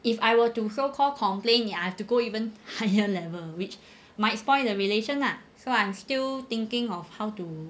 if I were to so call complain I will have to go even higher level which might spoil the relation lah so I'm still thinking of how to